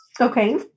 Okay